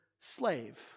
slave